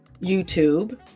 YouTube